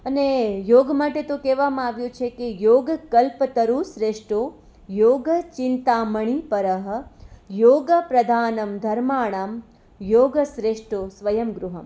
અને યોગ માટે તો કહેવામા આવ્યું છે કે યોગ કલ્પતરું શ્રેષ્ઠો યોગ ચિંતામણી પરહ યોગ પ્રદાનામ ધર્માણામ યોગ શ્રેષ્ઠો સ્વયં ગૃહમ્